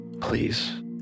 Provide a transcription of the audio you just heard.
please